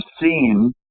seen